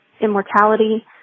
immortality